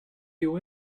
you